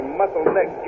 muscle-neck